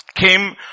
came